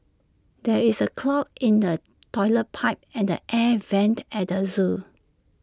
there is A clog in the Toilet Pipe and the air Vents at the Zoo